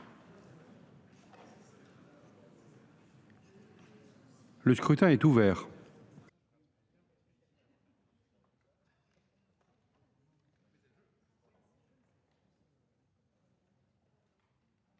Le scrutin est ouvert.